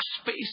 space